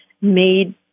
made